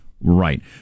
Right